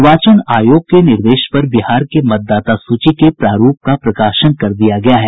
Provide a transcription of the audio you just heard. निर्वाचन आयोग के निर्देश पर बिहार के मतदाता सूची के प्रारूप का प्रकाशन कर दिया गया है